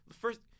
First